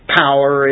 power